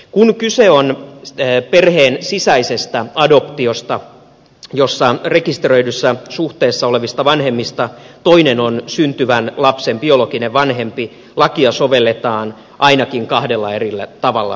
kun kyse on perheen sisäisestä adoptiosta jossa rekisteröidyssä suhteessa olevista vanhemmista toinen on syntyvän lapsen biologinen vanhempi lakia sovelletaan suomessa ainakin kahdella eri tavalla